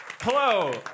Hello